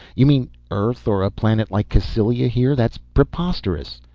you mean earth or a planet like cassylia here? that's preposterous.